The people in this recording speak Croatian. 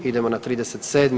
Idemo na 37.